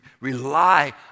rely